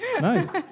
Nice